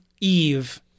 Eve